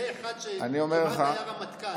זה אחד שכמעט היה רמטכ"ל.